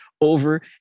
over